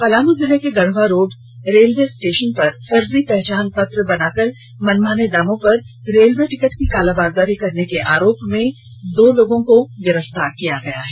पलामू जिले के Garhwa road railway station पर फर्जी पहचान पत्र बनाकर मनमाने दामों पर रेलवे टिकट की कालाबाजारी करने के आरोप में दो लोगों को गिरफ्तार किया गया है